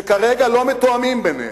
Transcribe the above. שכרגע לא מתואמים ביניהם.